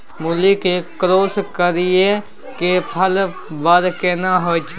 मूली के क्रॉस करिये के फल बर केना होय छै?